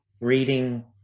Reading